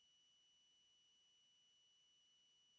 Hvala